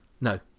No